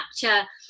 capture